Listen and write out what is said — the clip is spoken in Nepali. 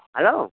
हेलो